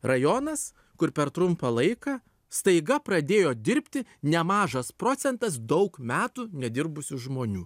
rajonas kur per trumpą laiką staiga pradėjo dirbti nemažas procentas daug metų nedirbusių žmonių